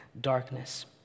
Darkness